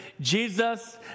Jesus